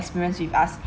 experience with us